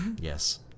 Yes